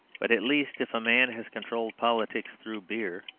but at least, if a man has controlled politics through beer,